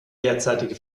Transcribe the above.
derzeitige